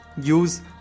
use